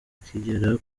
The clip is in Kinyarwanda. akigera